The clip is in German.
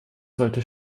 sollte